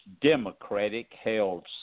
Democratic-held